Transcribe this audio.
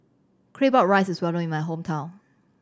Claypot Rice is well known in my hometown